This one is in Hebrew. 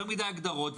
יותר מדי הגדרות.